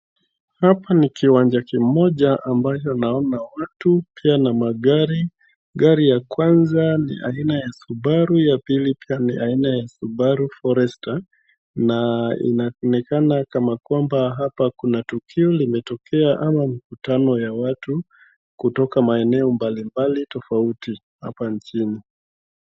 Hapa ni kiwanja kimoja ambacho naona watu pia na magari. Gari ya kwanza ni aina ya Subaru ya pili pia ni aina ya Subaru Forester na inonekana kana kwamba hapa kuna tukio limetokea ama mkutano ya watu kutoka maeneo mbalimbali tofauti hapa nchini.